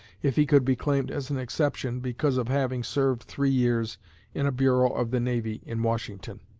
if he could be claimed as an exception because of having served three years in a bureau of the navy in washington.